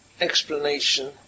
explanation